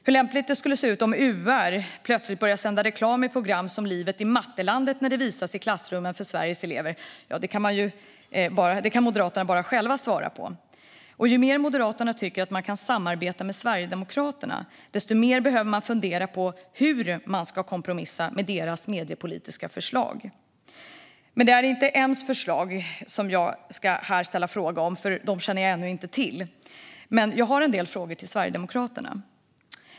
Hur lämpligt det skulle vara om UR plötsligt skulle börja sända reklam i program som Livet i Mattelandet när det visas för Sveriges elever i klassrummen kan bara Moderaterna själva svara på. Och ju mer Moderaterna tycker att de kan samarbeta med Sverigedemokraterna, desto mer behöver de fundera på hur de ska kompromissa med deras mediepolitiska förslag. Det är inte M:s förslag som jag ska ställa frågor om, för dem känner jag ännu inte till. Men jag har en del frågor till Sverigedemokraterna.